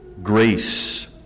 Grace